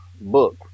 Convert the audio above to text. book